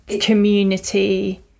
community